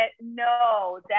no